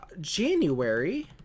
January